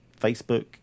Facebook